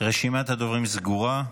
רשימת הדוברים סגורה.